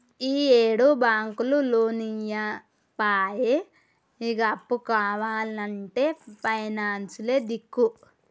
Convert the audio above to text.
ఈయేడు బాంకులు లోన్లియ్యపాయె, ఇగ అప్పు కావాల్నంటే పైనాన్సులే దిక్కు